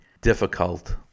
difficult